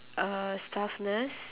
a staff nurse